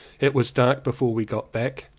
it was dark before we got back.